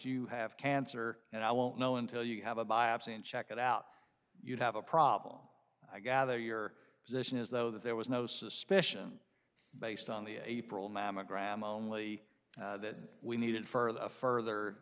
you have cancer and i won't know until you have a biopsy and check it out you have a problem i gather your position is though that there was no suspicion based on the april mammogram only that we needed further further